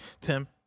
Tim